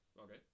Okay